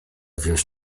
wziąć